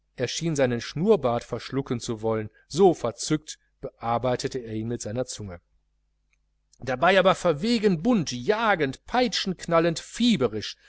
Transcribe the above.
schien seinen schnurrbart verschlucken zu wollen so verzückt bearbeitete er ihn mit seiner zunge dabei aber verwegen bunt jagend peitschenknallend fieberisch